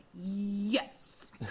Yes